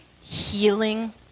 healing